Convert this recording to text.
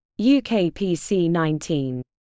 UKPC-19